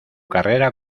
carrera